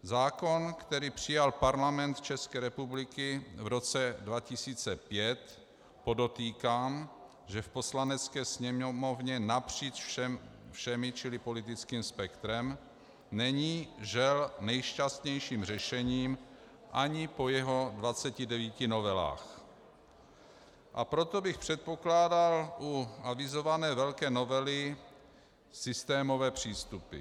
Zákon, který přijal Parlament České republiky v roce 2005, podotýkám, že v Poslanecké sněmovně napříč všemi, čili politickým spektrem, není, žel, nejšťastnějším řešením ani po jeho 29 novelách, a proto bych předpokládal u avizované velké novely systémové přístupy.